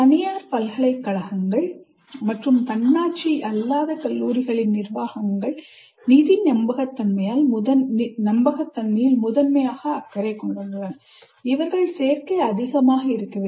தனியார் பல்கலைக் கழகங்கள் மற்றும் தன்னாட்சி அல்லாத கல்லூரிகளின் நிர்வாகங்கள் நிதி நம்பகத்தன்மையில் முதன்மை அக்கறை கொண்டுள்ளன இதற்கு சேர்க்கை அதிகமாக இருக்க வேண்டும்